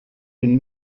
une